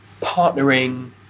partnering